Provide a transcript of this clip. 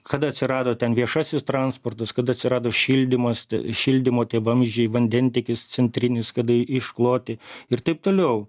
kada atsirado ten viešasis transportas kada atsirado šildymas šildymo tie vamzdžiai vandentiekis centrinis kada iškloti ir taip toliau